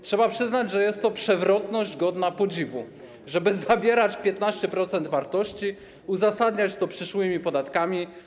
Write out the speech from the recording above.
Trzeba przyznać, że jest to przewrotność godna podziwu, żeby zabierać 15% wartości i uzasadniać to przyszłymi podatkami.